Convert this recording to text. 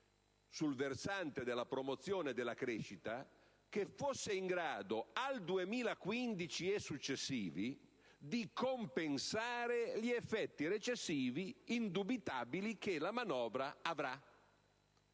sul versante della promozione e della crescita che fosse in grado, al 2015 e successivi, di compensare gli effetti recessivi indubitabili che la manovra avrà.